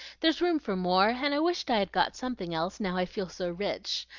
there's room for more, and i wish i'd got something else, now i feel so rich.